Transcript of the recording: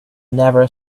never